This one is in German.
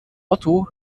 otto